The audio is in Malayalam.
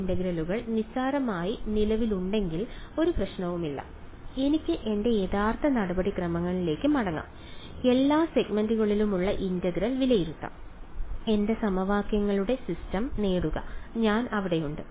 ഈ ഇന്റഗ്രലുകൾ നിസ്സാരമായി നിലവിലുണ്ടെങ്കിൽ ഒരു പ്രശ്നവുമില്ല എനിക്ക് എന്റെ യഥാർത്ഥ നടപടിക്രമത്തിലേക്ക് മടങ്ങാം എല്ലാ സെഗ്മെന്റുകളിലുമുള്ള ഇന്റഗ്രൽ വിലയിരുത്താം എന്റെ സമവാക്യങ്ങളുടെ സിസ്റ്റം നേടുക ഞാൻ അവിടെയുണ്ട്